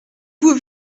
vous